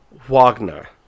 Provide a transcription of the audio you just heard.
wagner